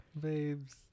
babes